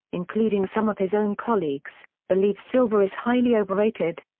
including some of his own colleagues, believe silver is highly overrated.